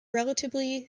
relatively